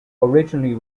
originally